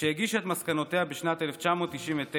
שהגישה את מסקנותיה בשנת 1999,